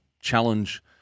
challenge